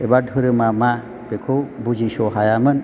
एबा धोरोमा मा बेखौ बुजिस' हायामोन